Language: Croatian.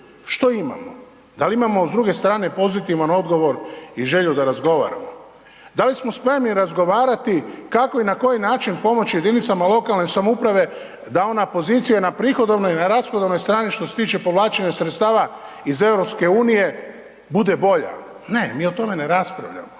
Što imamo? Da li imamo s druge strane pozitivan odgovor i želju da razgovaramo? Da li smo spremni razgovarati kako i na koji način pomoći jedinicama lokalne samouprave .../Govornik se ne razumije./... na pozicije na prihodovnoj i rashodovnoj strani što se tiče povlačenja sredstava iz EU-a, bude bolja? Ne, mi o tome ne raspravljamo.